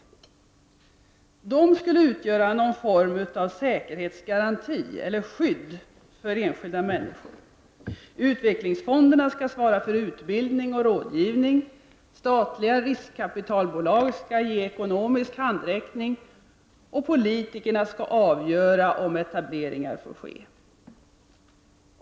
De skulle utgöra någon form av säkerhetsgaranti eller skydd för enskilda människor. Utvecklingsfonderna skall svara för utbildning och rådgivning, statliga riskkapitalbolag skall ge ekono misk handräckning, och politikerna skall avgöra om etableringar får ske.